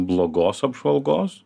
blogos apžvalgos